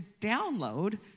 download